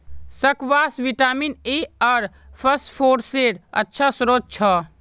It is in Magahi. स्क्वाश विटामिन ए आर फस्फोरसेर अच्छा श्रोत छ